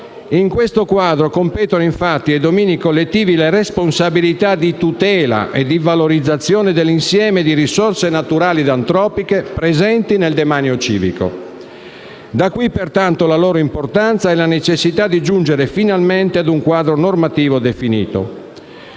In questo quadro competono infatti ai domini collettivi le responsabilità di tutela e di valorizzazione dell'insieme di risorse naturali ed antropiche presenti nel demanio civico. Da qui pertanto la loro importanza e la necessità di giungere finalmente a un quadro normativo definito.